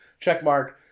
checkmark